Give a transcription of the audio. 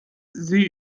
sie